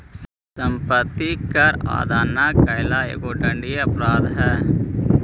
सम्पत्ति कर अदा न कैला एगो दण्डनीय अपराध हई